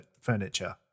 furniture